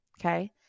Okay